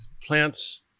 plants